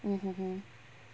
mmhmm